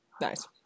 Nice